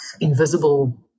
invisible